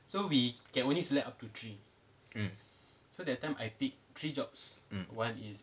mm mm